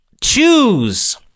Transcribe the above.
choose